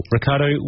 Ricardo